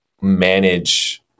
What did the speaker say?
manage